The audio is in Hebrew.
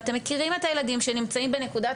ואתם מכירים את הילדים שנמצאים בנקודת